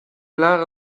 lara